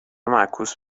معکوس